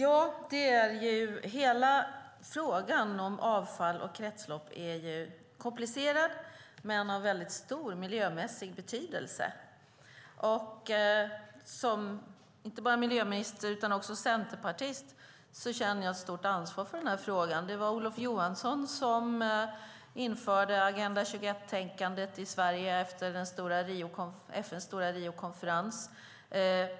Herr talman! Frågan om avfall och kretslopp är komplicerad men av stor miljömässig betydelse. Som inte bara miljöminister utan också centerpartist känner jag stort ansvar för frågan. Det var Olof Johansson som efter FN:s stora Riokonferens införde Agenda 21-tänkandet i Sverige.